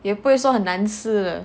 也不会说很难吃